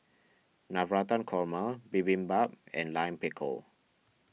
Navratan Korma Bibimbap and Lime Pickle